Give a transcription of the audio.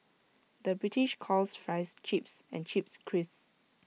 the British calls Fries Chips and Chips Crisps